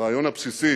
הרעיון הבסיסי